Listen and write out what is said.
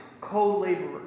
co-laborers